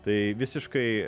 tai visiškai